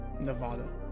nevada